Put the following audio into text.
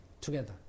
together